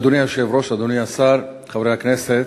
אדוני היושב-ראש, אדוני השר, חברי הכנסת,